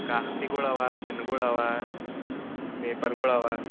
ಕಾಗ್ದಿಗಳವ ಪೆನ್ಗಳವ ಪೇಪರ್ಗಳವ